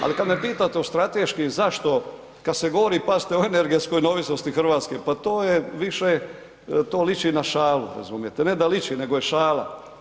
Ali kad me pitate o strateškim zašto, kad se govorite pazite o energetskoj neovisnosti Hrvatske, pa to je više, to liči na šalu, razumijete, ne da liči nego je šala.